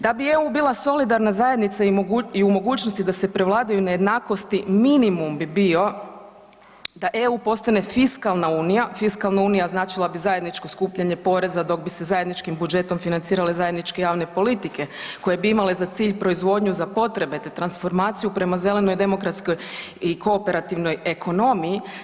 Da bi EU bila solidarna zajednica i u mogućnosti da se prevladaju nejednakosti, minimum bi bio da EU postane fiskalna unija, fiskalna unija značila bi zajedničko skupljanje poreza, dok bi se zajedničkim budžetom financirale zajedničke javne politike, koje bi imale za cilj proizvodnju za potrebe te transformaciju prema zelenoj demokratskoj i kooperativnoj ekonomiji.